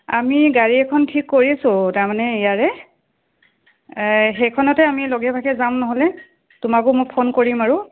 আমি গাড়ী এখন ঠিক কৰিছোঁ তাৰমানে ইয়াৰে সেইখনতে আমি লগে ভাগে যাম নহ'লে তোমাকো মোক ফোন কৰিম আৰু